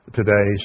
today